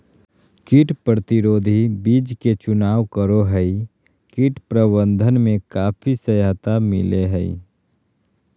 कीट प्रतिरोधी बीज के चुनाव करो हइ, कीट प्रबंधन में काफी सहायता मिलैय हइ